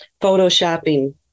photoshopping